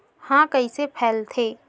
ह कइसे फैलथे?